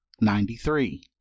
Ninety-three